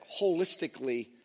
holistically